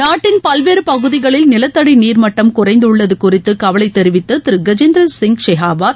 நாட்டின் பல்வேறு பகுதிகளில் நிலத்தடி நீர்மட்டம் குறைந்துள்ளது குறித்து கவலை தெரிவித்த திரு கஜேந்திர சிங் ஷெகாவத்